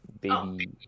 baby